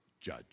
judge